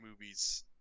movies